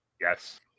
Yes